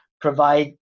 provide